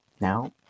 Now